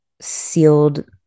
sealed